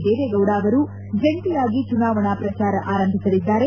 ದೇವೇಗೌಡ ಅವರು ಜಂಟಯಾಗಿ ಚುನಾವಣಾ ಪ್ರಚಾರ ಆರಂಭಿಸಲಿದ್ದಾರೆ